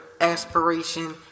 aspiration